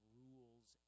rules